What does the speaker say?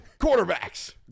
Quarterbacks